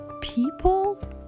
People